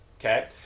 okay